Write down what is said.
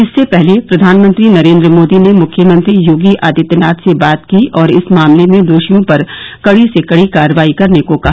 इससे पहले प्रधानमंत्री नरेंद्र मोदी ने मुख्यमंत्री योगी आदित्यनाथ से बात की और इस मामले में दोषियों पर कडी से कडी कार्रवाई करने को कहा